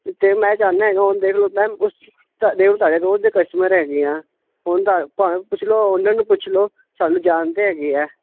ਤੇ ਮੈਂ ਚਾਹਨਾ ਹੈਗਾ ਉਹ ਦੇਖ ਲਓ ਮੈਮ ਤੁਹਾਡੇ ਰੋਜ ਦੇ ਕਸਟਮਰ ਹੈਗੇ ਆ ਉਹ ਤਾਂ ਪੁੱਛ ਲਓ ਉਹਨਾਂ ਨੂੰ ਪੁੱਛ ਲਓ ਸਾਨੂੰ ਜਾਣਦੇ ਹੈਗੇ ਆ